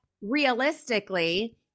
realistically